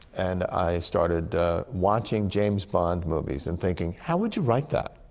and i started watching james bond movies and thinking, how would you write that?